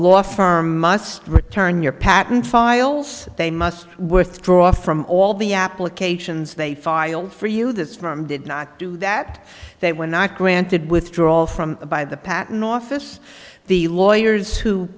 law firm must return your patent files they must withdraw from all the applications they file for you this firm did not do that they were not granted withdrawal from by the patent office the lawyers who